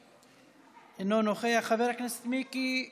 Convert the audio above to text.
אינו נוכח, חבר הכנסת מיקי לוי,